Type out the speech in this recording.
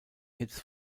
hits